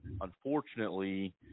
unfortunately